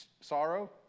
Sorrow